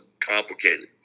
complicated